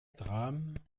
dramen